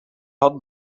had